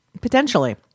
Potentially